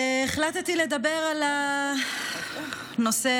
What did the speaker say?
יבגני סובה, יוליה מלינובסקי